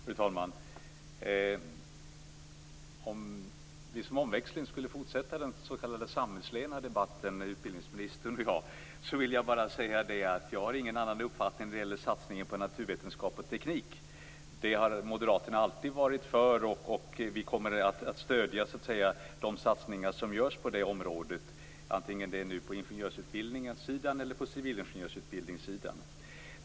Fru talman! Om vi som omväxling skulle fortsätta den s.k. sammetslena debatten mellan utbildningsministern och mig vill jag bara säga att jag inte har någon annan uppfattning när det gäller satsningen på naturvetenskap och teknik. Detta har moderaterna alltid varit för, och vi kommer att stödja de satsningar som görs på det området vare sig det nu är på ingenjörsutbildningssidan eller på civilingenjörsutbildningssidan.